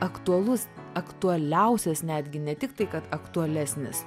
aktualus aktualiausias netgi ne tik tai kad aktualesnis